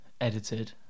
edited